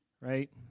Right